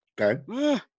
Okay